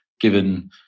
given